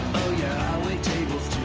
yeah, i wait tables